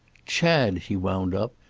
chad, he wound up,